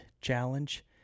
challenge